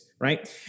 right